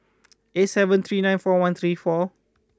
eight seven three nine four one three four